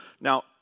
Now